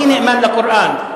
אני נאמן לקוראן.